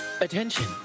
Attention